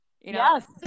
Yes